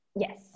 Yes